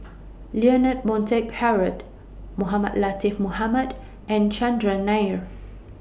Leonard Montague Harrod Mohamed Latiff Mohamed and Chandran Nair